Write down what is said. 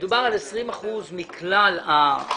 מדובר על 20 אחוזים מכלל הפרויקט